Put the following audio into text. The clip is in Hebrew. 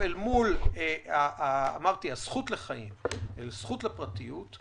ואל מול הזכות לחיים והזכות לפרטיות,